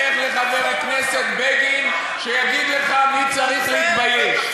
לך לחבר הכנסת בגין שיגיד לך מי צריך להתבייש.